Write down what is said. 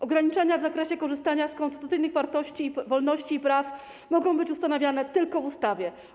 Ograniczenia w zakresie korzystania z konstytucyjnych wolności i praw mogą być ustanawiane tylko w ustawie.